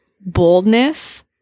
boldness